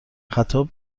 خطاب